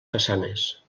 façanes